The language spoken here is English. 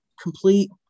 complete